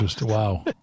Wow